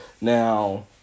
Now